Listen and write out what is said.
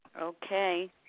Okay